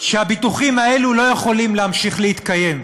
שהביטוחים האלה לא יכולים להמשיך להתקיים,